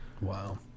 Wow